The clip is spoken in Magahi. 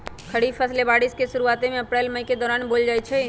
खरीफ फसलें बारिश के शुरूवात में अप्रैल मई के दौरान बोयल जाई छई